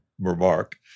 remark